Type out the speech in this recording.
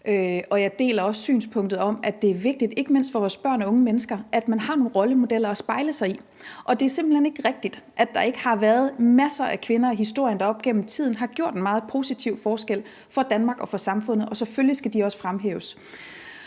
Jeg deler også synspunktet om, at det er vigtigt, ikke mindst for vores børn og unge mennesker, at man har nogle rollemodeller at spejle sig i, og det er simpelt hen ikke rigtigt, at der ikke har været masser af kvinder i historien, der op gennem tiden har gjort en meget positiv forskel for Danmark og for samfundet, og selvfølgelig skal de også fremhæves.